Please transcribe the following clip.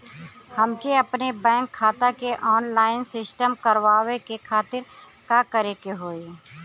हमके अपने बैंक खाता के ऑनलाइन सिस्टम करवावे के खातिर का करे के होई?